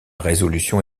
résolution